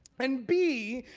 and b,